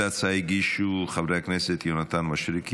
את ההצעה הגישו חברי הכנסת יונתן מישרקי,